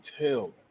tell